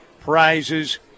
prizes